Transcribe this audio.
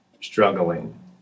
struggling